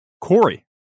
Corey